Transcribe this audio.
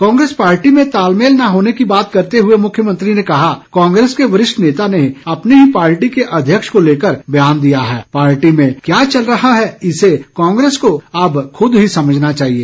Congress party में तालमेल न होने की बात करते हुए मुख्यमंत्री ने कहा कि कांग्रेस के वरिष्ठ नेता ने अपनी ही पार्टी के अध्यक्ष को लेकर ब्यान दिया है और पार्टी में क्या चल रहा है इसे कांग्रेस को खुद ही समझना चाहिए